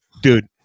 Dude